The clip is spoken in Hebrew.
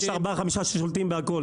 יש ארבעה-חמישה ששולטים בהכל,